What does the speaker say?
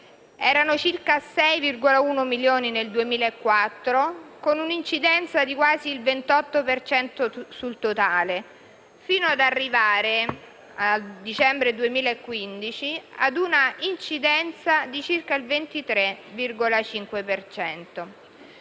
erano circa 6,1 milioni nel 2004, con un'incidenza di quasi il 28 per cento sul totale, fino ad arrivare, a dicembre 2015, a un'incidenza di circa il 23,5